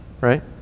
Right